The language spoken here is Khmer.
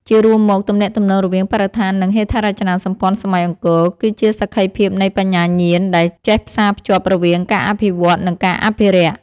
ជារួមមក ទំនាក់ទំនងរវាងបរិស្ថាន និងហេដ្ឋារចនាសម្ព័ន្ធសម័យអង្គរ គឺជាសក្ខីភាពនៃបញ្ញាញាណដែលចេះផ្សារភ្ជាប់រវាងការអភិវឌ្ឍ និងការអភិរក្ស។